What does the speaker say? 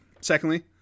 Secondly